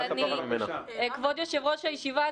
כבוד יושב-ראש הישיבה,